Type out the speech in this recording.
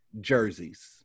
jerseys